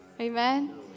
Amen